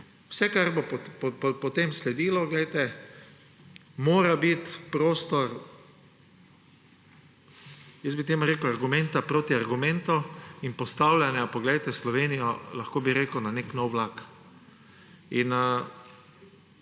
Vse, kar bo potem sledilo, glejte, mora biti prostor – jaz bi temu rekel – argumenta proti argumentu in postavljanja Slovenijo, lahko bi rekel, na nek nov vlak.